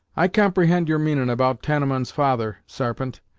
i comprehind your meanin' about tamenund's father, sarpent,